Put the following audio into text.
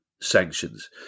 sanctions